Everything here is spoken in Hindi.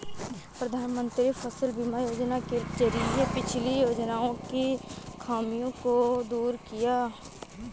प्रधानमंत्री फसल बीमा योजना के जरिये पिछली योजनाओं की खामियों को दूर किया